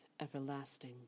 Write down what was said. everlasting